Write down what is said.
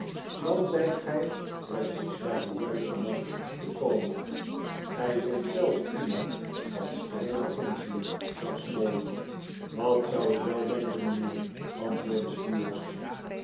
dan zijt gij precies bij den juisten man gekomen gij zijt zelf iemand van strenge beginselen zei snawley dat zou ik wel denken mijnheer antwoordde